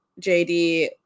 JD